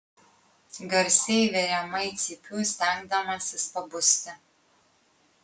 garsiai veriamai cypiu stengdamasis pabusti